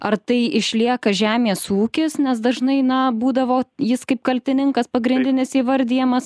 ar tai išlieka žemės ūkis nes dažnai na būdavo jis kaip kaltininkas pagrindinis įvardijamas